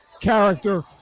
character